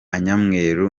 nyamweru